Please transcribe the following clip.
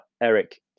Eric